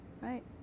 right